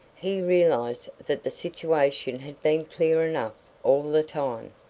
he realized that the situation had been clear enough all the time.